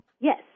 Yes